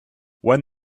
when